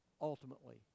ultimately